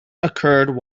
occurred